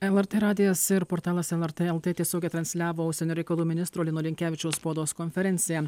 lrt radijas ir portalas lrt lt tiesiogiai transliavo užsienio reikalų ministro lino linkevičiaus spaudos konferenciją